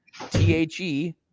T-H-E